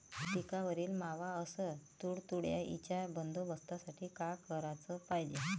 पिकावरील मावा अस तुडतुड्याइच्या बंदोबस्तासाठी का कराच पायजे?